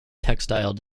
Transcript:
textile